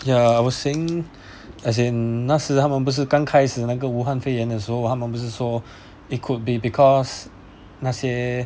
ya I was saying as in 那时他们不是刚开始那个武汉肺炎的时候他们不是说 it could be because 那些